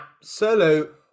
absolute